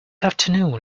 afternoon